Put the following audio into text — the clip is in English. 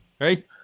right